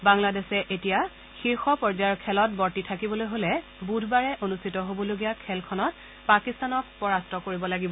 বাংলাদেশে এতিয়া শীৰ্ষ পৰ্যায়ৰ খেলত বৰ্তি থাকিবলৈ হলে বুধবাৰে অনুষ্ঠিত হবলগীয়া খেলখনত পাকিস্তানক পৰাস্ত কৰিব লাগিব